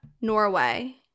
Norway